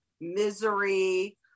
misery